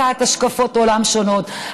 אנחנו רוצים לדעת השקפות עולם שונות,